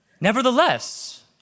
Nevertheless